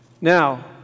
Now